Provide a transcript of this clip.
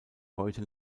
heute